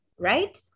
right